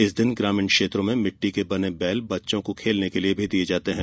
इस दिन ग्रामीण क्षेत्रों में मिट्टी के बने बैल बर्तन बच्चों को खेलने के लिए दिए जाते हैं